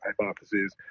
hypotheses